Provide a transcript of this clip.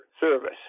service